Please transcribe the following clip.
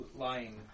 lying